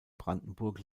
brandenburg